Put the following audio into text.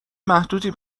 محدودی